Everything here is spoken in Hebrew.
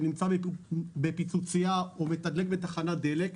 שנמצא בפיצוציה או מתדלק בתחנת דלק,